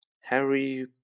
Harry